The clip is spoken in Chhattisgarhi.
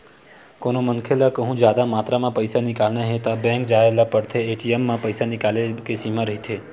कोनो मनखे ल कहूँ जादा मातरा म पइसा निकालना हे त बेंक जाए ल परथे, ए.टी.एम म पइसा निकाले के सीमा रहिथे